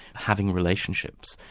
having relationships,